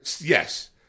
Yes